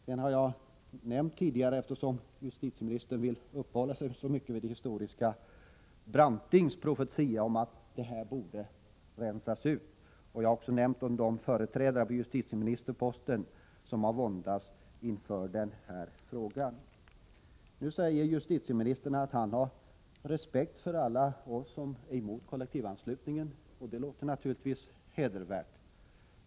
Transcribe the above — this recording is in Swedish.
Jag har tidigare nämnt — eftersom justitieministern vill uppehålla sig vid det historiska — Brantings uttalanden att kollektivanslutningen borde rensas ut, och jag har också nämnt de företrädare på justitieministerposten som har våndats inför den här frågan. Nu säger justitieministern att han har respekt för alla oss som är emot kollektivanslutningen, och det låter naturligtvis hedervärt.